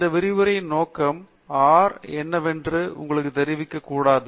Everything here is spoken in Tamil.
இந்த விரிவுரையின் நோக்கம் ஆர் என்னவென்று உங்களுக்குத் தெரிவிக்கக் கூடாது